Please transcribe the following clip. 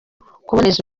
kuboneza